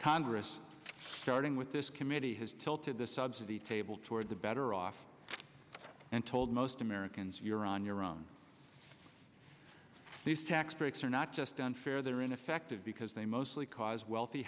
congress starting with this committee has tilted the sub's of the table toward the better off and told most americans you're on your own these tax breaks are not just unfair they're ineffective because they mostly cause wealthy